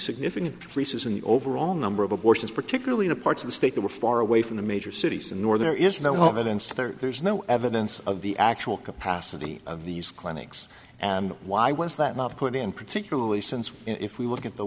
significant creases in the overall number of abortions particularly the parts of the state that were far away from the major cities and nor there is no home evidence there's no evidence of the actual capacity of these clinics and why was that not put in particularly since if we look at the